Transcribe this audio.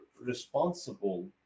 responsible